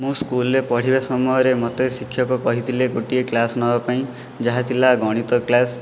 ମୁଁ ସ୍କୁଲରେ ପଢ଼ିବା ସମୟରେ ମୋତେ ଶିକ୍ଷକ କହିଥିଲେ ଗୋଟିଏ କ୍ଳାସ୍ ନେବା ପାଇଁ ଯାହା ଥିଲା ଗଣିତ କ୍ଳାସ୍